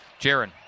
Jaron